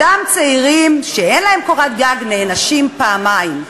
אותם צעירים שאין להם קורת גג נענשים פעמיים.